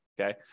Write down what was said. okay